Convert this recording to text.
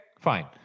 fine